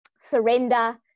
surrender